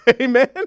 Amen